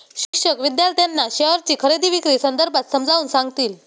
शिक्षक विद्यार्थ्यांना शेअरची खरेदी विक्री संदर्भात समजावून सांगतील